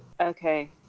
Okay